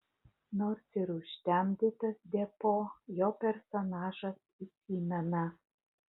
nors ir užtemdytas deppo jo personažas įsimena